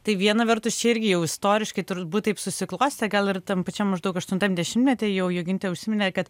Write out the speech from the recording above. tai viena vertus čia irgi jau istoriškai turbūt taip susiklostė gal ir tam pačiam maždaug aštuntam dešimtmetyj jau jogintė užsiminė kad